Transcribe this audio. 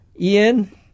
Ian